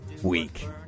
week